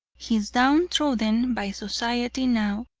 he is down-trodden by society now,